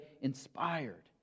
inspired